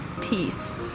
peace